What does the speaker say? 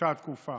באותה תקופה.